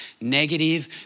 Negative